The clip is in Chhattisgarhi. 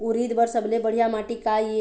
उरीद बर सबले बढ़िया माटी का ये?